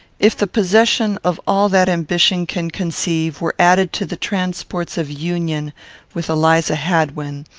if the possession of all that ambition can conceive were added to the transports of union with eliza hadwin,